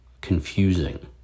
confusing